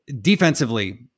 Defensively